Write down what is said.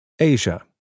Asia